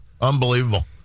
unbelievable